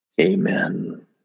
Amen